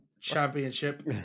Championship